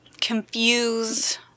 confused